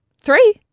Three